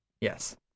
Yes